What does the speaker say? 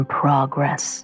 progress